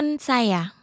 saya